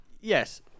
yes